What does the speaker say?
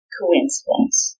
coincidence